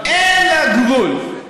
אין לה גבול,